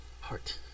heart